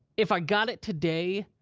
if i got it today,